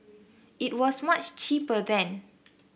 it was much cheaper then